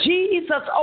Jesus